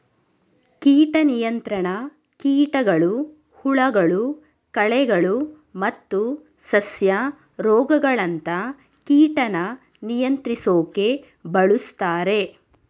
ಕೀಟ ನಿಯಂತ್ರಣ ಕೀಟಗಳು ಹುಳಗಳು ಕಳೆಗಳು ಮತ್ತು ಸಸ್ಯ ರೋಗಗಳಂತ ಕೀಟನ ನಿಯಂತ್ರಿಸೋಕೆ ಬಳುಸ್ತಾರೆ